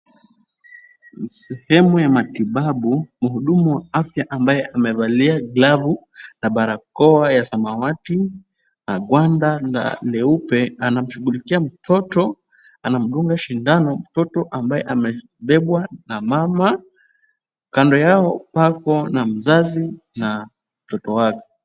Ni sehemu ya matibabu, muhudumu wa afya ambaye amevalia glavu na barakoa ya samawati na ngwanda leupe, anashughulikia mtoto anamdunga sindano mtoto ambaye amebebwa na mama. Kando yao pako na mzazi na mtoto wake.